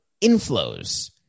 inflows